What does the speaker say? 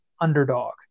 underdog